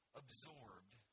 absorbed